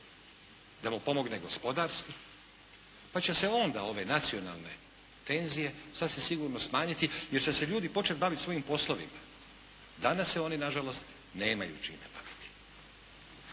Da mu pomogne gospodarski, pa će se onda ove nacionalne tenzije sasvim sigurno smanjiti, jer će se ljudi početi baviti svojim poslovima. Danas se oni nažalost nemaju čime baviti.